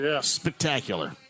spectacular